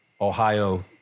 Ohio